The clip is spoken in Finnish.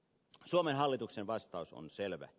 suomen hallituksen vastaus on selvä